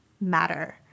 matter